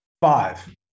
Five